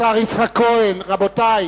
השר יצחק כהן, רבותי.